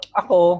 ako